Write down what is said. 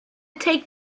take